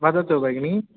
वदतु भगिनी